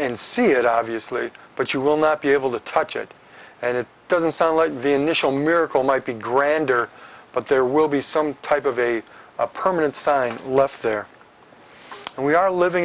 and see it obviously but you will not be able to touch it and it doesn't sound like the initial miracle might be grander but there will be some type of a permanent sign left there and we are living